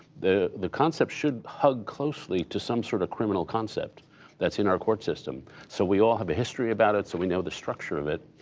the the concepts should hug closely to some sort of criminal concept that's in our court system, so we all have a history about it, so we know the structure of it,